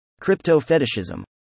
Crypto-fetishism